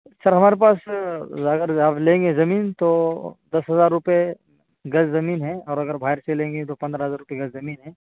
سر ہمارے پاس اگر آپ لیں گے زمین تو دس ہزار روپے گز زمین ہے اور اگر باہر سے لیں گے تو پندرہ ہزار روپے گز زمین ہے